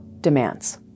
demands